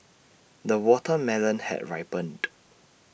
the watermelon has ripened